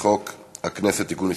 חוק הכנסת (תיקון מס'